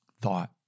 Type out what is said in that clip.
thought